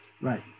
Right